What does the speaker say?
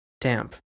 damp